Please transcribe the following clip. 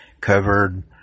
covered